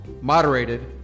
moderated